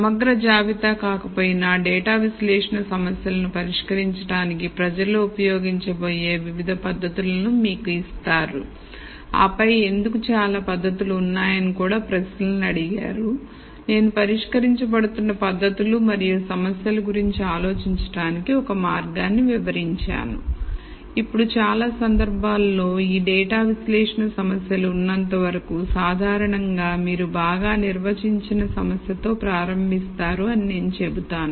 సమగ్ర జాబితా కాకపోయినా డేటా విశ్లేషణ సమస్యలను పరిష్కరించడానికి ప్రజలు ఉపయోగించబోయే వివిధ పద్ధతులను మీకు ఇస్తారు ఆపై ఎందుకు చాలా పద్ధతులు ఉన్నాయని కూడా ప్రశ్నలు అడిగారు నేను పరిష్కరించబడుతున్న పద్ధతులు మరియు సమస్యల గురించి ఆలోచించడానికి ఒక మార్గాన్ని వివరించాను ఇప్పుడు చాలా సందర్భాలలో ఈ డేటా విశ్లేషణ సమస్యలు ఉన్నంత వరకు సాధారణంగా మీరు బాగా నిర్వచించని సమస్యతో ప్రారంభిస్తారు అని నేను చెబుతాను